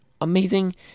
amazing